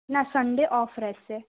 ના Sunday off રહેશે